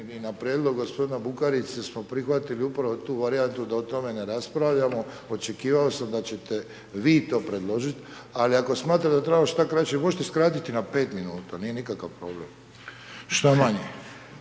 na prijedlog g. Bukarice smo prihvatili upravo tu varijantu da o tome ne raspravljamo, očekivao sam da ćete vi to predložiti, ali ako smatrate da trebamo što kraće, možete skratiti na 5 min, nije nikakav problem, što manje.